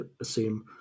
assume